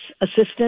assistance